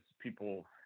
people